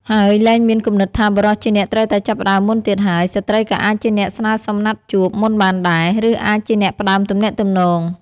ហើយលែងមានគំនិតថាបុរសជាអ្នកត្រូវតែចាប់ផ្ដើមមុនទៀតហើយ ស្ត្រីក៏អាចជាអ្នកស្នើសុំណាត់ជួប មុនបានដែរ ឬអាចជាអ្នកផ្ដើមទំនាក់ទំនង។